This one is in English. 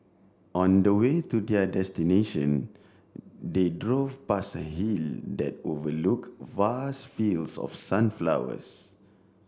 on the way to their destination they drove past a hill that overlook vast fields of sunflowers